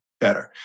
better